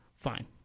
Fine